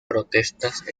protestas